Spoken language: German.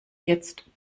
jetzt